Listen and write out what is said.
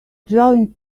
drawing